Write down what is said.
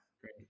great